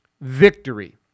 victory